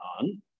on